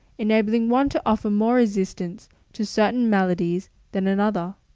enabling one to offer more resistance to certain maladies than another.